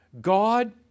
God